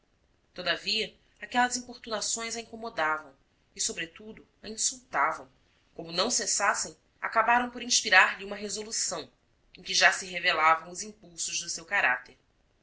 rua todavia aquelas importunações a incomodavam e sobretudo a insultavam como não cessassem acabaram por inspirar-lhe uma resolução em que já se revelavam os impulsos do seu caráter